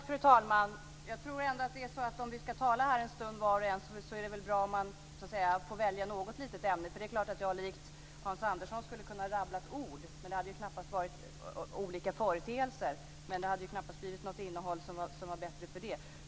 Fru talman! Jag tror ändå att det är så att om vi ska tala här en stund var och en är det bra om man får välja något litet ämne. Det är klart att jag likt Hans Andersson skulle ha kunnat rabbla ord om olika företeelser, men det hade knappast blivit något innehåll som var bättre för det.